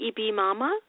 ebmama